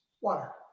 water